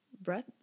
Breath